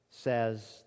says